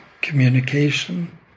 Communication